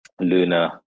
Luna